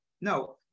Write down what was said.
No